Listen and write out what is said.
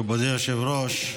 מכובדי היושב-ראש,